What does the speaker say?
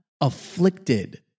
afflicted